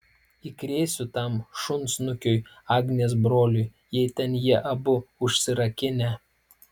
įkrėsiu tam šunsnukiui agnės broliui jei ten jie abu užsirakinę